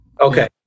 Okay